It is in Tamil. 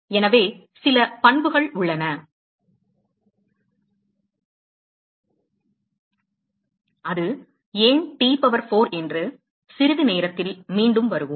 எனவே சில பண்புகள் உள்ளன அது ஏன் T பவர் 4 என்று சிறிது நேரத்தில் மீண்டும் வருவோம்